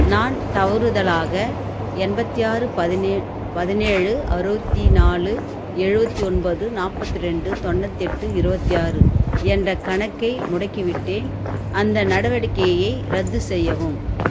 நான் தவறுதலாக எண்பத்தி ஆறு பதினே பதினேழு அறுபத்தி நாலு எழுபத்தி ஒன்பது நாற்பத்தி ரெண்டு தொண்ணூற்றெட்டு இருபத்தி ஆறு என்ற கணக்கை முடக்கிவிட்டேன் அந்த நடவடிக்கையை ரத்து செய்யவும்